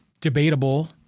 Debatable